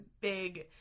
big